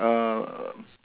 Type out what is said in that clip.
err